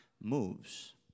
moves